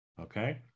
okay